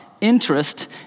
interest